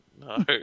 No